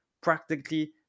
practically